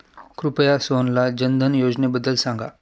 कृपया सोहनला जनधन योजनेबद्दल सांगा